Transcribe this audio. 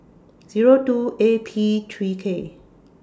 Zero two A P three K